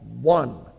one